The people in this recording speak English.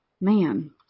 Man